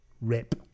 Rip